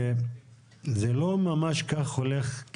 זה לא ממש כך הולך,